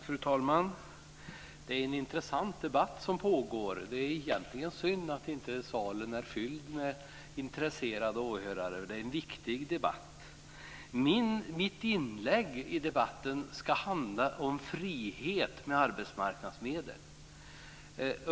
Fru talman! Det är en intressant debatt som pågår. Det är egentligen synd att salen inte är fylld av intresserade åhörare. Det är en viktig debatt. Mitt inlägg i debatten ska handla om frihet med arbetsmarknadsmedel.